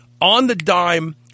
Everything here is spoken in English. On-the-dime